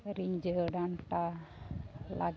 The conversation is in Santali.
ᱨᱤᱸᱡᱷᱟᱹ ᱰᱟᱱᱴᱟ ᱞᱟᱜᱽ